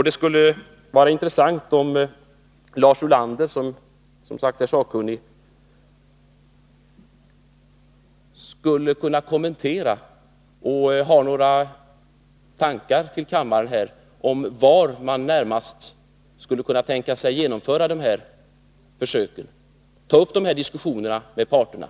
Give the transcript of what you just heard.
Det skulle också vara intressant om Lars Ulander har några tankar om detta och skulle kunna kommentera var man närmast skulle kunna tänka sig att genomföra de här försöken och ta upp diskussionerna med parterna.